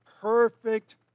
perfect